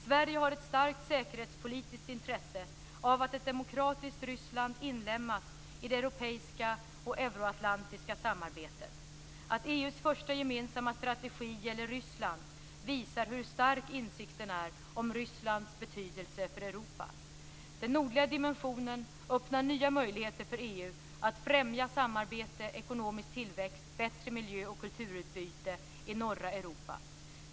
Sverige har ett starkt säkerhetspolitiskt intresse av att ett demokratiskt Ryssland inlemmas i det europeiska och euro-atlantiska samarbetet. Att EU:s första gemensamma strategi gäller Ryssland visar hur stark insikten är om Rysslands betydelse för Europa. Den nordliga dimensionen öppnar nya möjligheter för EU att främja samarbete, ekonomisk tillväxt, bättre miljö och kulturutbyte i norra Europa.